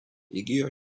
įgijo